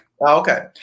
Okay